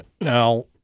now